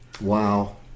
wow